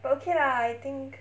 but okay lah I think